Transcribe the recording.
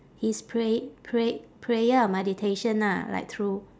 his pray~ pray~ prayer or meditation ah like through